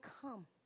come